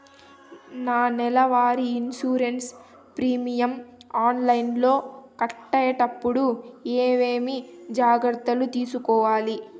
నా నెల వారి ఇన్సూరెన్సు ప్రీమియం ఆన్లైన్లో కట్టేటప్పుడు ఏమేమి జాగ్రత్త లు తీసుకోవాలి?